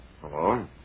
Hello